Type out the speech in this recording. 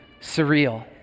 surreal